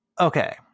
Okay